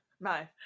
No